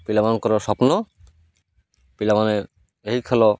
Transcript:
ପିଲାମାନଙ୍କର ସ୍ୱପ୍ନ ପିଲାମାନେ ଏହି ଖେଳ